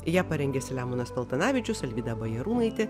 ją parengė seliamonas paltanavičius alvyda bajarūnaitė